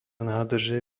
nádrže